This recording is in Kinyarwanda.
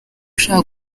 ashaka